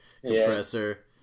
compressor